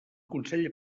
consell